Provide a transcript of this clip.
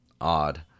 odd